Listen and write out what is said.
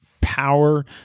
power